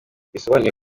bisobanuye